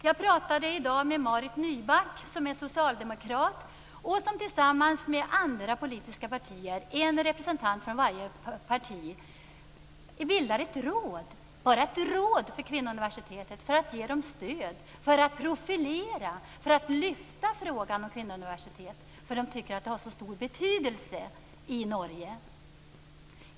Jag pratade i dag med Marit Nybakk, som är socialdemokrat och som tillsammans med representanter för andra politiska partier - en från varje parti - bildar ett råd för kvinnouniversitetet, för att ge det stöd, för att profilera och lyfta frågan om kvinnouniversitet; de tycker att det har så stor betydelse i Norge.